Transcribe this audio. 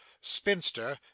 spinster